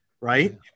right